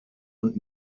und